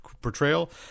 portrayal